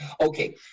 Okay